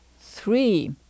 three